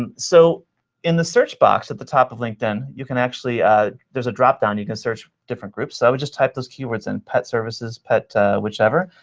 and so in the search box at the top of linkedin, you can actually there's a drop-down. you can search different groups. so i would just type those keywords in pet services, pet whichever.